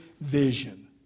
vision